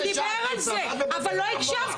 הוא דיבר על זה אבל לא הקשבת.